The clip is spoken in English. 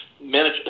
manage